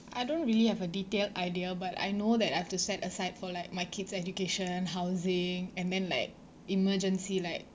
I don't really have a detailed idea but I know that I have to set aside for like my kid's education housing and then like emergency like